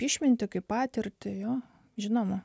išmintį kaip patirtį jo žinoma